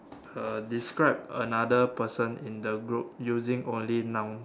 uh describe another person in the group using only nouns